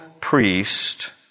priest